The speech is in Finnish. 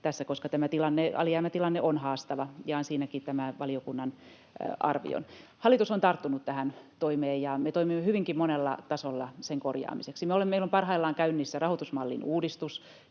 koska tämä alijäämätilanne on haastava — jaan siinäkin tämän valiokunnan arvion. Hallitus on tarttunut tähän toimeen, ja me toimimme hyvinkin monella tasolla sen korjaamiseksi. Meillä on parhaillaan käynnissä rahoitusmallin uudistus.